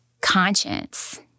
conscience